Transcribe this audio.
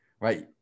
right